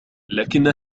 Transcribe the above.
لكن